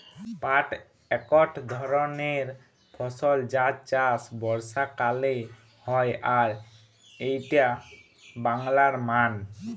পাট একট ধরণের ফসল যার চাষ বর্ষাকালে হয় আর এইটা বাংলার মান